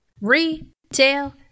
retail